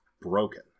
broken